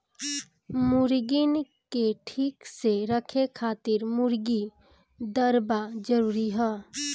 मुर्गीन के ठीक से रखे खातिर मुर्गी दरबा जरूरी हअ